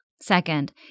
Second